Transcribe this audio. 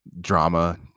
drama